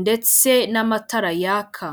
ndetse n'amatara yaka.